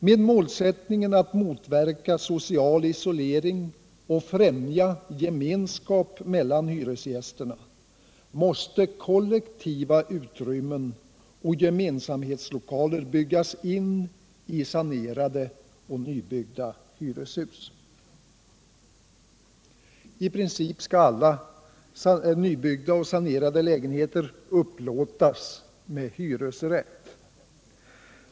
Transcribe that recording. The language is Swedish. Med målsättningen att motverka social isolering och främja gemenskap mellan hyresgästerna måste kollektiva utrymmen och gemensamhetslokaler byggas in i sanerade och nybyggda hyreshus. I princip skall alla nybyggda och sanerade lägenheter upplåtas med hyresrätt.